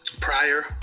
prior